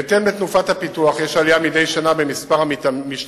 בהתאם לתנופת הפיתוח יש עלייה מדי שנה במספר המשתמשים